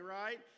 right